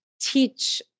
teach